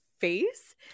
face